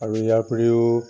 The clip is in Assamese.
আৰু ইয়াৰ উপৰিও